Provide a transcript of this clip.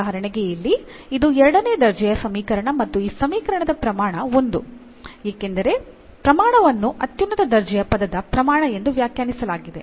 ಉದಾಹರಣೆಗೆ ಇಲ್ಲಿ ಇದು ಎರಡನೇ ದರ್ಜೆಯ ಸಮೀಕರಣ ಮತ್ತು ಈ ಸಮೀಕರಣದ ಪ್ರಮಾಣ ಒಂದು ಏಕೆಂದರೆ ಪ್ರಮಾಣವನ್ನು ಅತ್ಯುನ್ನತ ದರ್ಜೆಯ ಪದದ ಪ್ರಮಾಣ ಎಂದು ವ್ಯಾಖ್ಯಾನಿಸಲಾಗಿದೆ